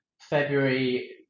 February